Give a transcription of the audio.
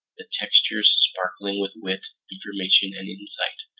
the textures sparkling with wit, information, and insight.